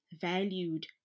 valued